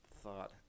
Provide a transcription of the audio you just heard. thought